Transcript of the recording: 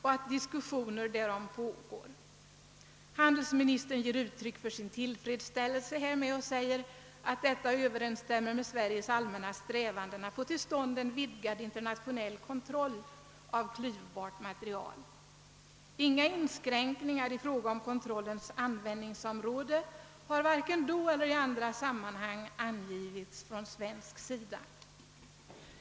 Handelsministern ger uttryck för sin tillfredsställelse härmed och säger att detta överensstämmer med Sveriges allmänna strävanden att få till stånd en vidgad internationell kontroll av klyvbart material. Inga inskränkningar i fråga om kontrollens tillämpningsområde har vare sig då eller i andra sammanhang angivits från svensk sida.